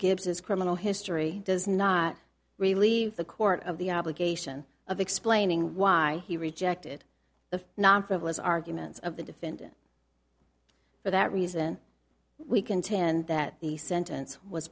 gibson's criminal history does not relieve the court of the obligation of explaining why he rejected the non frivolous arguments of the defendant for that reason we contend that the sentence was